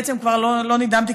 בעצם כבר לא נדהמתי,